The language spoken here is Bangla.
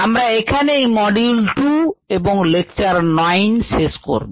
আমরা এখানেই মডিউল 2 এবং লেকচার 9 শেষ করব